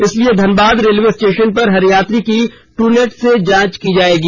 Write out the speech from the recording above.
इसलिए Dhanbad railway station पर हर यात्री की टू नाट से जांच की जाएगी